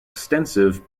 extensive